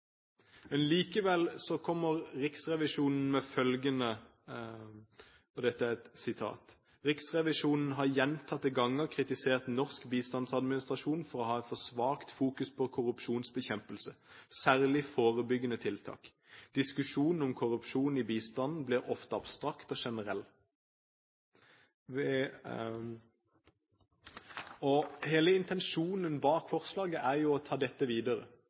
kommer Riksrevisjonen med følgende: «Riksrevisjonen har gjentatte ganger kritisert norsk bistandsadministrasjon for å ha for svakt fokus på korrupsjonsbekjempelse, særlig forebyggende arbeid. Diskusjonen om korrupsjon i bistanden blir ofte abstrakt og generell.» Hele intensjonen bak forslaget er jo å ta dette videre,